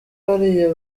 bariya